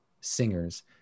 singers